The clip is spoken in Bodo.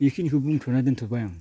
इखिनिखो बुंथ'ना दोनथ'बाय